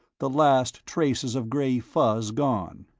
the last traces of gray fuzz gone.